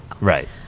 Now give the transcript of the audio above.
Right